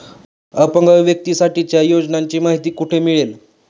अपंग व्यक्तीसाठीच्या योजनांची माहिती कुठे मिळेल?